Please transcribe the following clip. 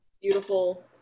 beautiful